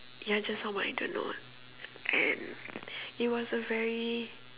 you're just someone I don't know and it was a very